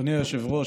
אדוני היושב-ראש,